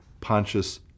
Pontius